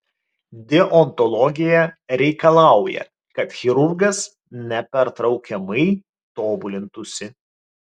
deontologija reikalauja kad chirurgas nepertraukiamai tobulintųsi